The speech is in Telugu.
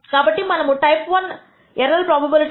కాబట్టి మనము టైప్ I ఎర్రర్ ప్రోబబిలిటీ 0